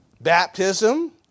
baptism